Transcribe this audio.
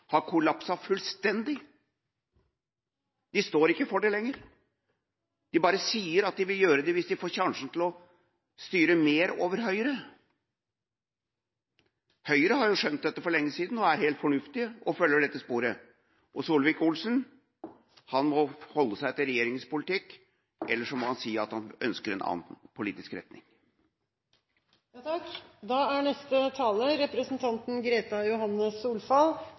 har kollapset fullstendig. De står ikke for den lenger. De bare sier at de vil gjøre det hvis de får sjansen til å styre mer over Høyre. Høyre har skjønt dette for lenge siden, er helt fornuftige og følger dette sporet. Solvik-Olsen må holde seg til regjeringas politikk, eller så må han si at han ønsker en annen politisk retning.